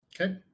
Okay